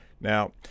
now